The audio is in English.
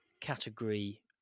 category